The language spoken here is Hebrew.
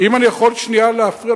אם אני יכול שנייה להפריע,